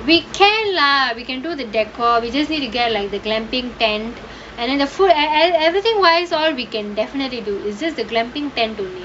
we can lah we can do the decor we just need to get like the camping tent and then the food and everything wise all we can definitely do it's just the camping tent only